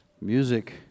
music